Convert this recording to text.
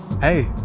Hey